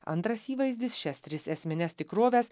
antras įvaizdis šias tris esmines tikroves